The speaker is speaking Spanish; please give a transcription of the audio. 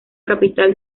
capital